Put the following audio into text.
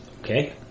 Okay